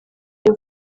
yari